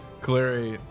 Clary